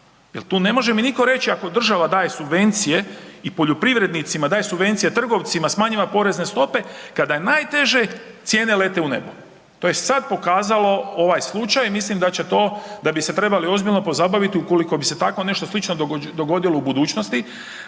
ne može reći ako država subvencije i poljoprivrednicima, daje subvencije trgovcima, smanjuje porezne stope kada je najteže cijene lete u nebo. To je sada pokazao ovaj slučaj i mislim da bi se trebali ozbiljno pozabaviti ukoliko bi se tako nešto slično dogodilo u budućnosti,